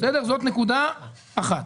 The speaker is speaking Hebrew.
זאת נקודה אחת.